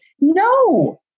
No